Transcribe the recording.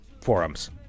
forums